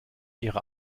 ihrer